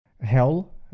hell